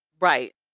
Right